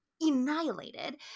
annihilated